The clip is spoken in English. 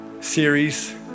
series